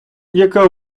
яка